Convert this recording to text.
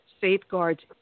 safeguards